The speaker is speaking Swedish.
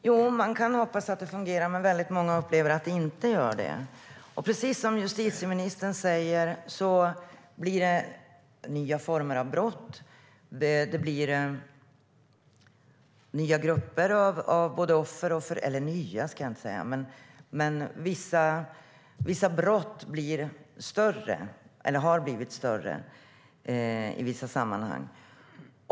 Fru talman! Ja, man kan hoppas att det fungerar, men många upplever att det inte gör det. Som justitieministern säger blir det nya former av brott, och en del brott har blivit grövre i vissa sammanhang.